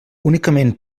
únicament